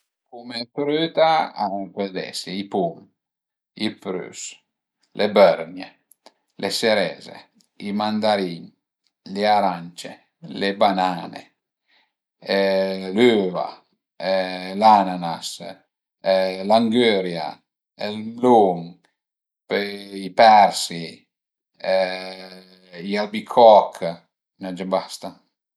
Cume früta a i pöl esi: i pum, prüs, le bërgne, le sereze, i mandarin, le arance, le banane l'üva l'ananas, l'angüria, ël mëlun, pöi persin i albicoch, a i n'a ie gia basta